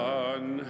one